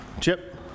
Chip